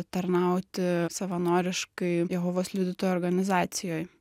tarnauti savanoriškai jehovos liudytojų organizacijoj